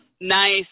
Nice